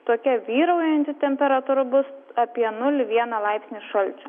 tokia vyraujanti temperatūra bus apie nulį vieną laipsnį šalčio